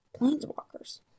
planeswalkers